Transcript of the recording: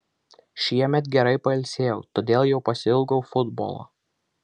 šiemet gerai pailsėjau todėl jau pasiilgau futbolo